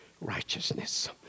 righteousness